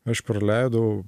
aš praleidau